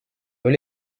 were